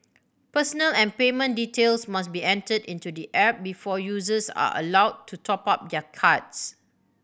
personal and payment details must be entered into the app before users are allowed to top up their cards